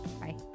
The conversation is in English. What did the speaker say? Bye